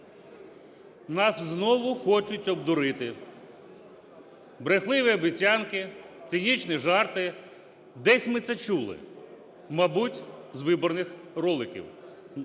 "Нас знову хочуть обдурити. Брехливі обіцянки, цинічні жарти…", – десь ми це чули, мабуть, з виборних роликів.